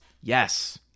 Yes